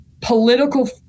political